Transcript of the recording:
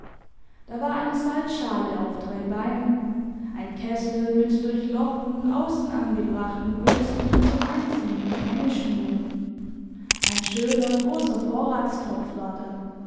da war eine salzschale auf drei beinen ein kessel mit durchlochten außen angebrachten wülsten zum einziehen von hängeschnüren ein schöner großer vorratstopf war da